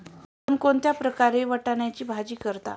आपण कोणत्या प्रकारे वाटाण्याची भाजी करता?